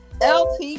Lt